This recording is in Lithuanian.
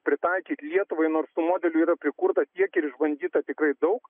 pritaikyt lietuvai nors tų modelių yra prikurta tiek ir išbandyta tikrai daug